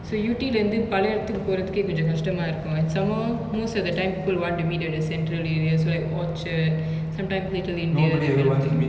so yew tee lah இருந்து பலய எடத்துக்கு போரதுகே கொஞ்சோ கஷ்டமா இருக்கு:irunthu palaya edathuku porathuke konjo kastamaa iruku and some more most of the time people want to meet at the central area so like orchard sometime little india that kind of thing